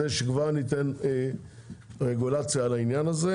הוא אומר אין מספיק יבוא כדי שכבר ניתן רגולציה על העניין הזה.